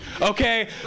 Okay